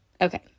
Okay